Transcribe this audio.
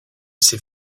ces